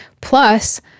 Plus